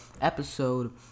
episode